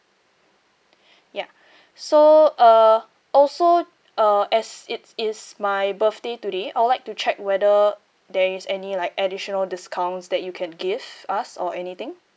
ya so uh also uh as it is my birthday today I would like to check whether there is any like additional discounts that you can give us or anything